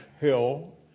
hill